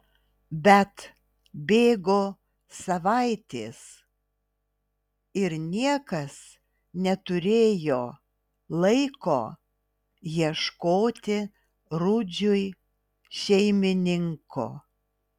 bet bėgo savaitės ir niekas neturėjo laiko ieškoti rudžiui šeimininko